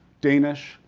danish,